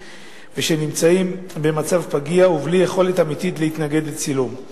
ושנמצאים במצב פגיע ובלי יכולת אמיתית להתנגד לצילום.